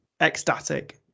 ecstatic